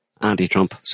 anti-Trump